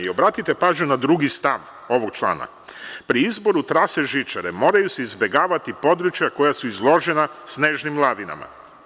Obratite pažnju na drugi stav ovog člana: „Pri izboru trase žičare moraju se izbegavati područja koja su izložena snežnim lavinama“